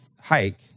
hike